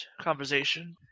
conversation